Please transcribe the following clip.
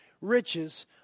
riches